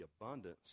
abundance